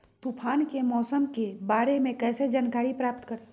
तूफान के मौसम के बारे में कैसे जानकारी प्राप्त करें?